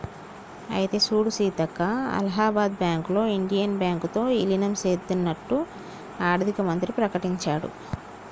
అయితే సూడు సీతక్క అలహాబాద్ బ్యాంకులో ఇండియన్ బ్యాంకు తో ఇలీనం సేత్తన్నట్టు ఆర్థిక మంత్రి ప్రకటించాడు